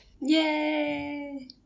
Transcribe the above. Yay